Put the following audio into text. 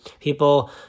people